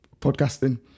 podcasting